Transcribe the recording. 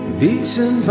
beaten